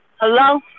Hello